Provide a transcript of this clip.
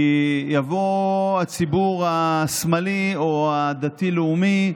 כי יבוא הציבור השמאלי, הדתי-לאומי,